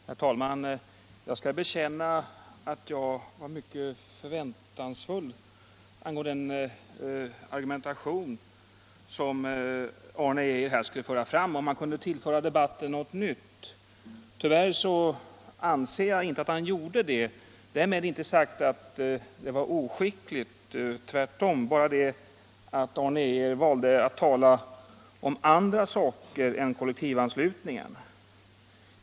Herr talman! Jag skall bekänna att jag var mycket förväntansfull med tanke på om Arne Geijers argumentation skulle kunna tillföra debatten något nytt. Enligt min mening gjorde den tyvärr inte det. Men därmed är det inte sagt att anförandet var oskickligt. Tvärtom, men Arne Geijer valde att tala om andra saker än kollektivanslutningen.